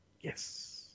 Yes